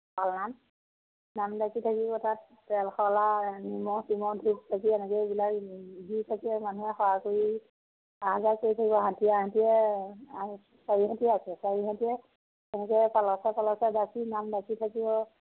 পাল নাম নাম ডাকি থাকিব তাত তেল শলা নিমখ চিমখ ধূপ চাকি এনেকৈ এইবিলাক দি থাকিব মানুহে সেৱা কৰি আহ যাহ কৰি থাকিব হাতীয়ে হাতীয়ে চাৰি হাতী আছে চাৰি হাতীয়ে সিহঁতে যাচি নাম ডাকি থাকিব